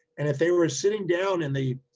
and if they were sitting down in the